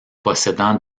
possédant